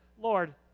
Lord